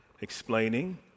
explaining